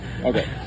okay